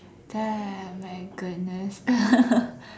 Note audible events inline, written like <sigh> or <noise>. damn my goodness <laughs>